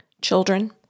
children